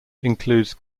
includes